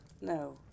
No